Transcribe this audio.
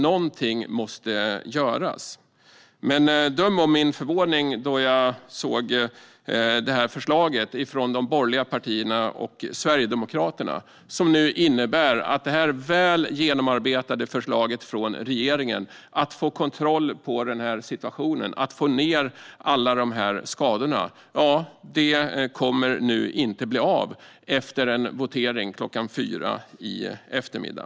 Någonting måste göras. Men döm om min förvåning då jag såg förslaget från de borgerliga partierna och Sverigedemokraterna. Det innebär att det väl genomarbetade förslaget från regeringen, det vill säga att få kontroll över situationen och minska mängden skador, inte kommer att genomföras efter voteringen kl. 4 i eftermiddag.